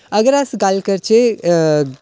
अगर अस गल्ल करचै अ